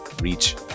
reach